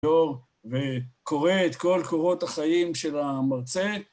וקורא את כל קורות החיים של המרצה